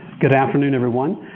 good afternoon, everyone.